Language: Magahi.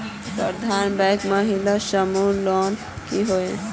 प्रबंधन बैंक महिला समूह लोन की होय?